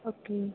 okay